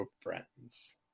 friends